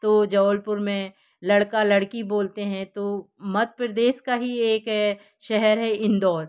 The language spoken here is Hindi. तो जबलपुर में लड़का लड़की बोलते हैं तो मध्य प्रदेश का ही एक शहर है इंदौर